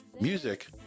Music